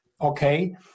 okay